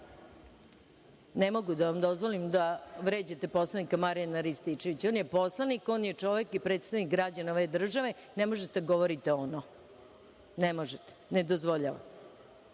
mogu da vam dozvolim da vređate poslanika Marijana Rističevića. On je poslanik. On je čovek i predstavnik građana ove države. Ne možete da govorite – ono. Ne možete. Ne dozvoljavam.(Goran